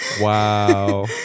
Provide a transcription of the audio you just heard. Wow